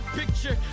picture